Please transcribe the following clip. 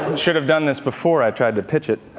should have done this before i tried to pitch it.